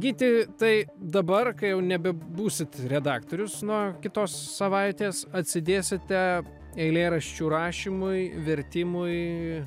gyti tai dabar kai jau nebebūsit redaktorius nuo kitos savaitės atsidėsite eilėraščių rašymui vertimui